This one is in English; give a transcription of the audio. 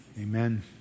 amen